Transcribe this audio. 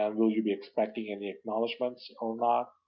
and will you be expecting any acknowledgements on that?